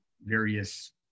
various